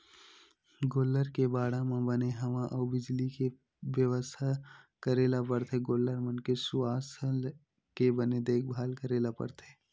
गोल्लर के बाड़ा म बने हवा अउ बिजली के बेवस्था करे ल परथे गोल्लर मन के सुवास्थ के बने देखभाल करे ल परथे